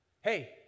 Hey